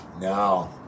No